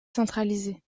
centralisé